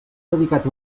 dedicat